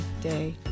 day